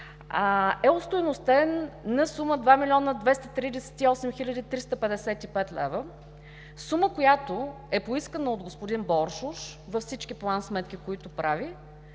Остойностен е на 2 млн. 238 хил. 355 лв. – сума, която е поискана от господин Боршош във всички план-сметки, които прави,